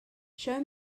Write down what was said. show